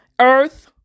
earth